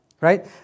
Right